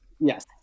Yes